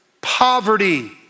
poverty